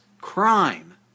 crime